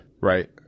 Right